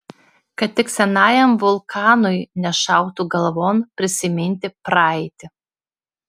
kad tik senajam vulkanui nešautų galvon prisiminti praeitį